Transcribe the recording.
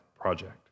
project